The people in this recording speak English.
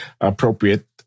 appropriate